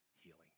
healing